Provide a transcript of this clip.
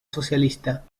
socialista